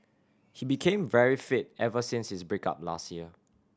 he became very fit ever since his break up last year